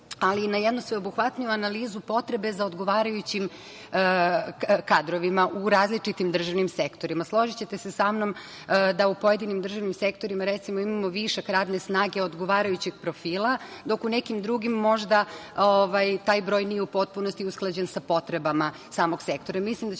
ali i na jednu sveobuhvatniju analizu potrebe za odgovarajućim kadrovima u različitim državnim sektorima. Složićete se sa mnom da u pojedinim državnim sektorima, recimo, imamo višak radne snage odgovarajućeg profila, dok u nekim drugim možda taj broj nije u potpunosti usklađen sa potrebama samog sektora.